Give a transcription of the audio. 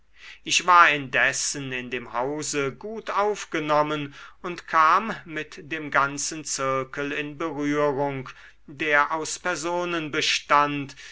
ich war indessen in dem hause gut aufgenommen und kam mit dem ganzen zirkel in berührung der aus